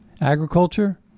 agriculture